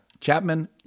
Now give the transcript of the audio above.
Chapman